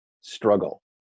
struggle